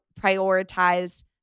prioritize